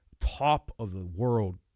top-of-the-world